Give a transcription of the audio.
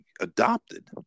adopted